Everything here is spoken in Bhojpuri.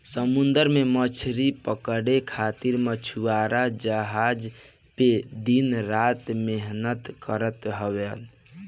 समुंदर में मछरी पकड़े खातिर मछुआरा जहाज पे दिन रात मेहनत करत हवन